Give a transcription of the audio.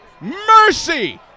Mercy